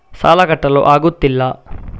ಸಾಲ ಕಟ್ಟಲು ಆಗುತ್ತಿಲ್ಲ